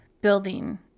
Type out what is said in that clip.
building